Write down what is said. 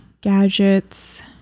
Gadgets